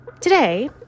Today